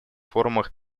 форумах